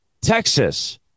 Texas